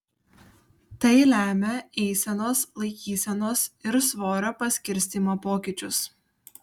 tai lemia eisenos laikysenos ir svorio paskirstymo pokyčius